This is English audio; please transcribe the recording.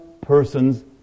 person's